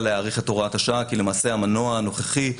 להאריך את הוראת השעה כי למעשה המנוע הנוכחי,